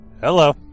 Hello